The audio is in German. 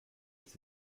ist